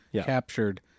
captured